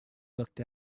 looked